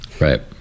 right